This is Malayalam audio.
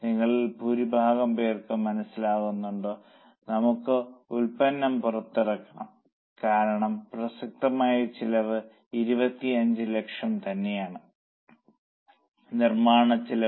നിങ്ങളിൽ ഭൂരിഭാഗം പേർക്കും മനസ്സിലാകുന്നുണ്ടല്ലോ നമുക്ക് ഉൽപ്പന്നം പുറത്തിറക്കണം കാരണം പ്രസക്തമായ ചിലവ് 25 ലക്ഷം തന്നെയാണ് നിർമ്മാണച്ചെലവും